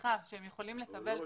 תמיכה שהם יכולים לקבל בעניין הזה.